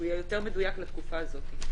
שהוא יהיה יותר מדויק לתקופה הזאת.